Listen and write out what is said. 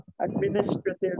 administrative